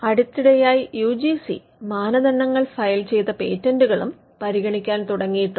അടുത്തിടെയായി U G C മാനദണ്ഡങ്ങൾ file ചെയ്ത പേറ്റന്റുകളും പരിഗണിക്കാൻ തുടങ്ങിയിട്ടുണ്ട്